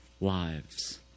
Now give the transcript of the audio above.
lives